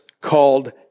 called